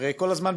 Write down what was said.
הרי כל הזמן,